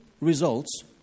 results